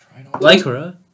Lycra